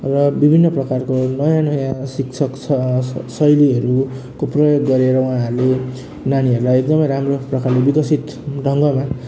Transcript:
र विभिन्न प्रकारको नयाँ नयाँ शिक्षक छ शैलीहरूको प्रयोग गरेर उहाँहरूले नानीहरूलाई एकदमै राम्रो प्रकारले विकसित ढङ्गमा